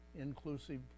inclusive